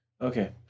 Okay